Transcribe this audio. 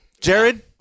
Jared